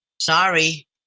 sorry